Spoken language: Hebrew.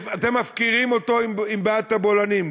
אתם מפקירים אותו עם בעיית הבולענים,